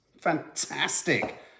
Fantastic